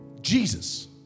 Jesus